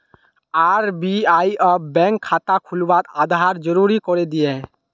RBI अब bank खाता खुलवात आधार ज़रूरी करे दियाः